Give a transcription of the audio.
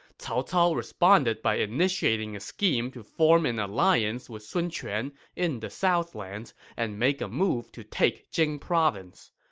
cao cao responded by initiating a scheme to form an alliance with sun quan in the southlands and make a move to take jing province.